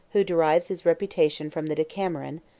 who derives his reputation from the decameron,